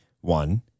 One